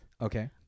Okay